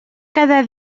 cada